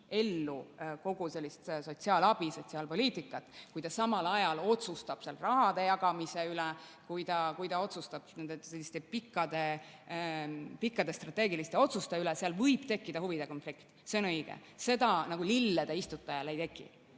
kes viib ellu sotsiaalabi, sotsiaalpoliitikat, samal ajal otsustab seal raha jagamise üle, kui ta otsustab nende pikkade strateegiliste otsuste üle, siis võib seal tekkida huvide konflikt. See on õige. Seda lillede istutajal ei teki.